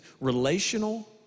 Relational